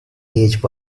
age